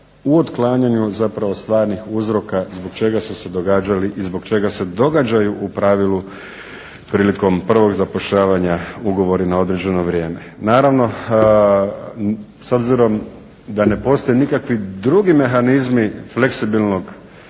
u otklanjanju zapravo stvarnih uzroka zbog čeg su se događali i zbog čega se događaju u pravilu prilikom prvog zapošljavanja ugovori na određeno vrijeme. Naravno, s obzirom da ne postoje nikakvi drugi mehanizmi fleksibilnog